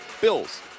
Bills